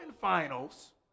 finals